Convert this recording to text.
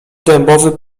dębowy